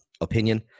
opinion